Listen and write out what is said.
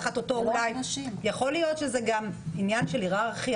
תחת אותו אולי יכול להיות שזה גם עניין של היררכיה